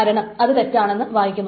കാരണം ഇത് തെറ്റാണെന്ന് വായിക്കുന്നു